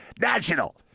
National